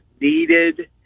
needed